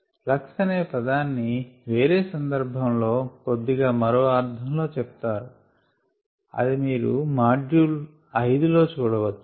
flux అనే పదాన్ని వేరే సందర్భం లో కొద్దిగా మరో అర్ధంలో చెప్తారు అది మీరు మాడ్యూల్ 5 లో చూడచ్చు